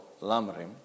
Lamrim